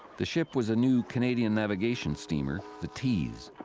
the ship was a new canadian navigation steamer, the tees.